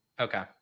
okay